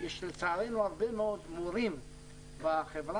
יש לצערנו הרבה מאוד מורים ובעיקר מורות בחברה